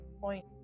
point